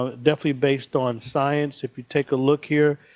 ah definitely based on science, if you take a look here,